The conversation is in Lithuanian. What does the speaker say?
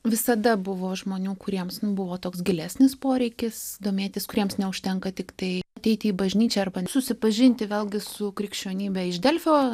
visada buvo žmonių kuriems buvo toks gilesnis poreikis domėtis kuriems neužtenka tiktai ateiti į bažnyčią arba susipažinti vėlgi su krikščionybe iš delfio